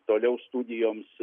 toliau studijoms